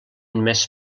més